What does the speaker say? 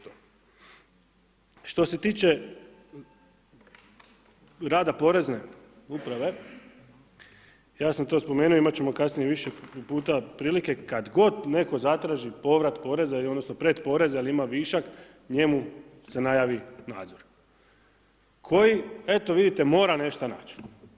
Što se tiče rada porene uprave, ja sam to spomenuo, imat ćemo kasnije više puta prilike kad god netko zatraži povrat poreza odnosno pretporeza jer ima višak, njemu se najavi nadzor koji eto, vidite mora nešto nać.